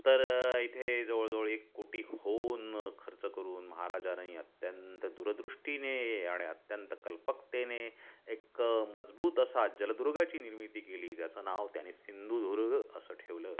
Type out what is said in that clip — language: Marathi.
तर इथे जवळजवळ एक कोटी होन खर्च करून महाराजांनी अत्यंत दूरदृष्टीने आणि अत्यंत कल्पकतेने एक मजबूत असा जलदुर्गाची निर्मिती केली त्याचं नाव त्यांनी सिंधुदुर्ग असं ठेवलं